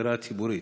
שבשדרה הציבורית.